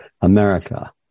America